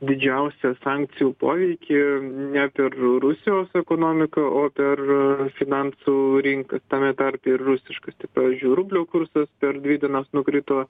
didžiausią sankcijų poveikį ne per rusijos ekonomiką o per finansų rinkas tame tarpe ir rusiškas tai pavyzdžiui rublio kursas per dvi dienas nukrito